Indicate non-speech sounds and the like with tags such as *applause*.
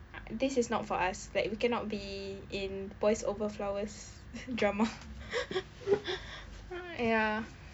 ah this is not for us like we cannot be in boys over flowers drama *laughs* !aiya!